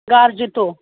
ग्हार जित्तो